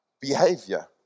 behavior